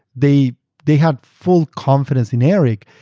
they they had full confidence in eric.